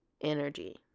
energy